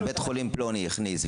אם בית חולים פלוני יכניס,